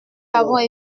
avons